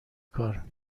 کار